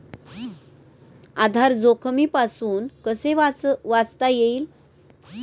आधार जोखमीपासून कसे वाचता येईल?